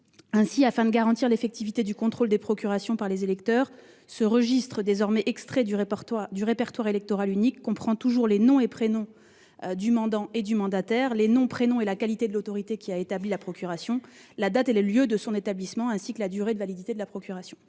Afin de garantir l'effectivité du contrôle des procurations par les électeurs, ce registre, désormais extrait du répertoire électoral unique (REU), comprend toujours les noms et prénoms du mandant et du mandataire, ainsi que l'identité et la qualité de l'autorité qui a établi la procuration, la date et le lieu de son établissement, et la durée de validité de la procuration.